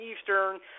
Eastern